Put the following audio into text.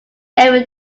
every